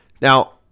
Now